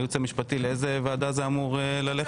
הייעוץ המשפטי, לאיזו ועדה זה אמור ללכת?